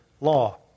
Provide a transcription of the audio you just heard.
law